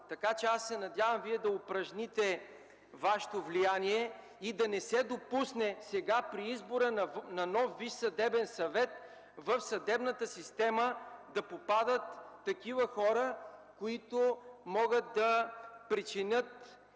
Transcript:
разговор. Надявам се Вие да упражните Вашето влияние и да не се допусне, сега, при избора на нов Висш съдебен съвет, в съдебната система да попадат такива хора, които могат да причинят